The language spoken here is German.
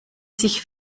sich